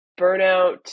burnout